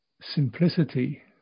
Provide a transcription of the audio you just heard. simplicity